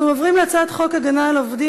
אנחנו עוברים להצעת חוק הגנה על עובדים